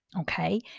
okay